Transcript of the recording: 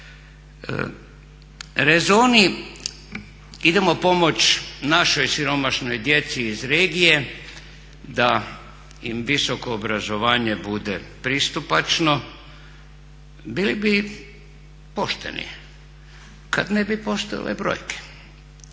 Rezoni, idemo pomoći našoj siromašnoj djeci iz regije da im visoko obrazovanje bude pristupačno bili bi pošteni kada ne bi postojale brojke.